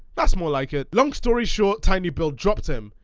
that's more like it! long story short tinybuild dropped him.